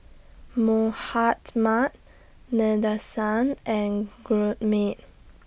Mahatma Nadesan and Gurmeet